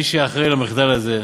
שמי שאחראי למחדל הזה,